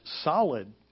solid